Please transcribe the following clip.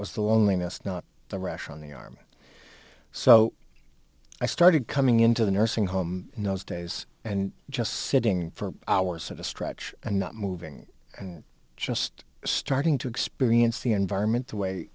was the loneliness not the rush on the arm and so i started coming into the nursing home in those days and just sitting for hours at a stretch and not moving just starting to experience the environment the way